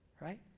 right